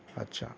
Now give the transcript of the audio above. اچھا